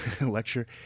lecture